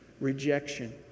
rejection